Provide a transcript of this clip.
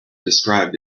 described